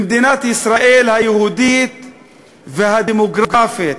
במדינת ישראל היהודית והדמוגרפית,